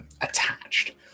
attached